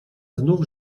znów